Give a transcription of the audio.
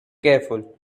careful